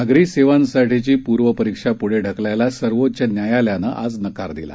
नागरी सेवांसाठीची पूर्वपरिक्षा पुढे ढकलायला सर्वोच्च न्यायालयानं आज नकार दिला